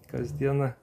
kas dieną